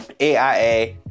AIA